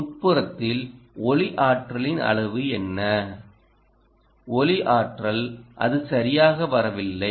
உட்புறத்தில் ஒளி ஆற்றலின் அளவு என்ன ஒளி ஆற்றல் அது சரியாக வரவில்லை